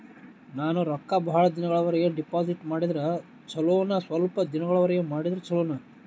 ನಾನು ರೊಕ್ಕ ಬಹಳ ದಿನಗಳವರೆಗೆ ಡಿಪಾಜಿಟ್ ಮಾಡಿದ್ರ ಚೊಲೋನ ಸ್ವಲ್ಪ ದಿನಗಳವರೆಗೆ ಮಾಡಿದ್ರಾ ಚೊಲೋನ?